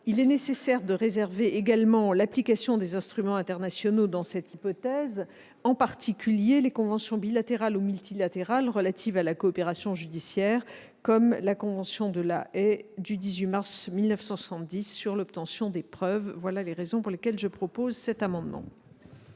Il est nécessaire de réserver également l'application des instruments internationaux dans cette hypothèse, en particulier les conventions bilatérales ou multilatérales relatives à la coopération judiciaire, comme la convention de La Haye du 18 mars 1970 sur l'obtention des preuves. Quel est l'avis de la commission ? Il s'agit d'une